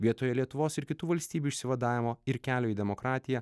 vietoje lietuvos ir kitų valstybių išsivadavimo ir kelio į demokratiją